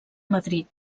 madrid